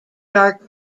dark